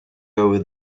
over